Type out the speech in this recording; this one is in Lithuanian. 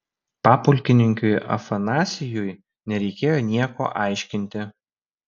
papulkininkiui afanasijui nereikėjo nieko aiškinti